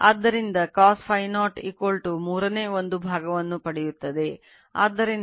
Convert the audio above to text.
ಆದ್ದರಿಂದ cos Φ 0 ಮೂರನೇ ಒಂದು ಭಾಗವನ್ನು ಪಡೆಯುತ್ತದೆ ಆದ್ದರಿಂದ Φ0 70